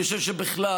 אני חושב שבכלל,